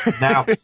Now